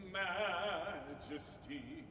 majesty